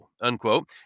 unquote